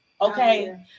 okay